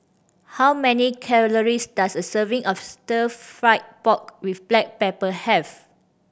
how many calories does a serving of Stir Fried Pork With Black Pepper have